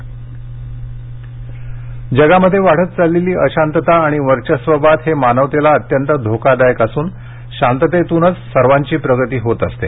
Sam Pitroda जगामध्ये वाढत चाललेली अशांतता आणि वर्चस्ववाद हे मानवतेला अत्यंत धोकादायक असून शांततेतूनच सर्वांची प्रगती होत असते